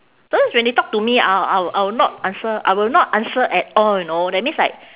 sometimes when they talk to me I'll I'll I will not answer I will not answer at all you know that means like